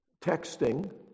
texting